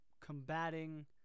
combating